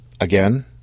again